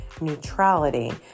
neutrality